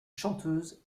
chanteuse